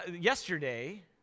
yesterday